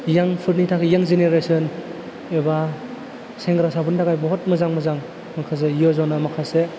इयांफोरनि थाखाय इयां जेनेरेशन एबा सेंग्रासाफोरनि थाखाय बुहुत मोजां मोजां माखासे यजना माखासे